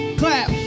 clap